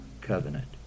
covenant